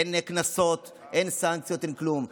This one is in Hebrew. אין קנסות, אין סנקציות, אין כלום.